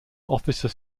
officer